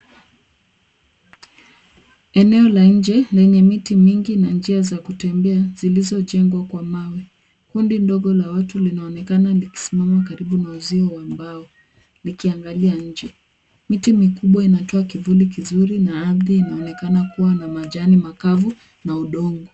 Eneo la nje lenye miti mingi na njia za kutembea zilizojengwa kwa mawe. Kundi ndogo la watu linaonekana likisimama karibu na uzio wa mbao, likiangalia nje. Miti mikubwa inatoa kivuli kizuri na ardhi inaonekana kuwa na majani makavu na udongo.